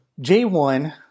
J1